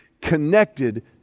connected